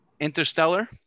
Interstellar